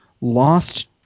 lost